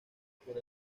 por